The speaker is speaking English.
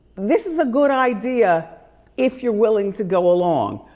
this is a good idea if you're willing to go along.